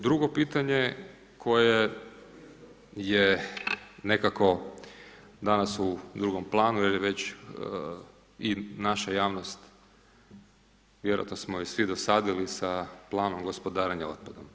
Drugo pitanje koje je nekako danas u drugom planu jer je već i naša javnost vjerojatno smo i svi dosadili sa planom gospodarenja otpadom.